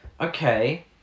okay